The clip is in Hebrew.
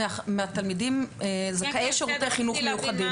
מהתלמידים זכאי שירותי חינוך מיוחדים.